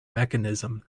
mechanism